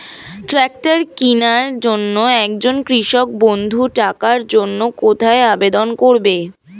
Tractor কিনার জন্য একজন কৃষক বন্ধু টাকার জন্য কোথায় আবেদন করবে?